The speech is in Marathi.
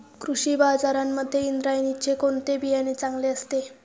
कृषी बाजारांमध्ये इंद्रायणीचे कोणते बियाणे चांगले असते?